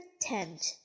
tent